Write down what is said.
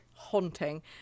Haunting